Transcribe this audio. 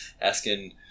asking